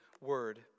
word